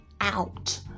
out